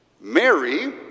Mary